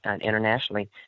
internationally